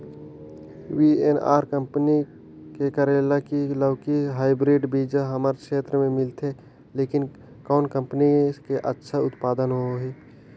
VNR company के करेला की लौकी हाईब्रिड बीजा हमर क्षेत्र मे मिलथे, लेकिन कौन कंपनी के अच्छा उत्पादन होही?